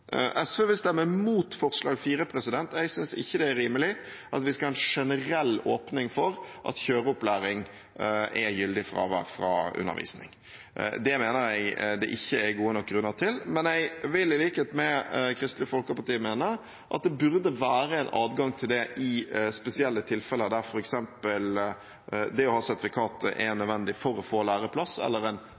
SV vil stemme imot forslag nr. 4. Jeg synes ikke det er rimelig at vi skal ha en generell åpning for at kjøreopplæring er gyldig fravær fra undervisning. Det mener jeg det ikke er gode nok grunner til, men jeg vil, i likhet med Kristelig Folkeparti, mene at det burde være en adgang til det i spesielle tilfeller, der f.eks. det å ha sertifikat er nødvendig for å få læreplass eller